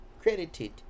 credited